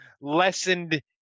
lessened